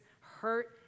hurt